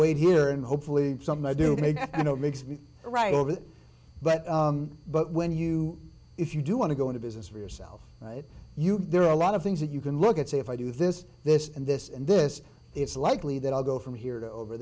wait here and hopefully something i do i know it makes me right over it but but when you if you do want to go into business for yourself you there are a lot of things that you can look at say if i do this this and this and this it's likely that i'll go from here to over